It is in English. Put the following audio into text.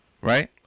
Right